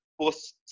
post